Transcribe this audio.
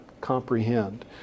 comprehend